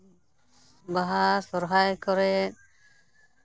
ᱵᱟᱦᱟ ᱥᱚᱦᱨᱟᱭ ᱠᱚᱨᱮᱜ